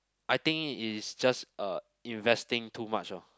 I think it is just uh investing too much lor